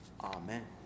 Amen